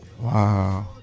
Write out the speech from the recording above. wow